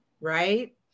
Right